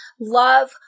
love